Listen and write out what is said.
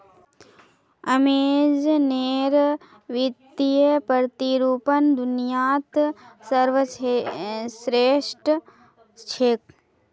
अमेज़नेर वित्तीय प्रतिरूपण दुनियात सर्वश्रेष्ठ छेक